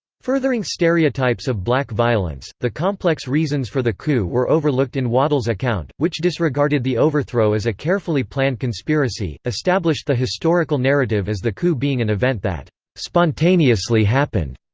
furthering stereotypes of black violence the complex reasons for the coup were overlooked in waddell's account, which disregarded the overthrow as a carefully planned conspiracy, established the historical narrative as the coup being an event that spontaneously happened,